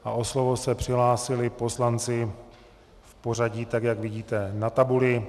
O slovo se přihlásili poslanci v pořadí tak, jak vidíte na tabuli.